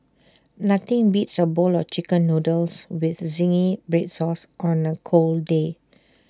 nothing beats A bowl of Chicken Noodles with Zingy Red Sauce on A cold day